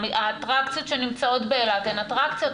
האטרקציות שנמצאות באילת הן אטרקציות,